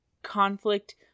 Conflict